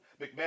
McMahon